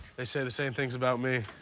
they say the same things about me.